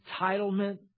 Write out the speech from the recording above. entitlement